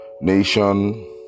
Nation